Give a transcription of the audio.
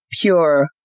pure